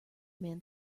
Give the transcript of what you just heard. man